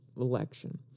election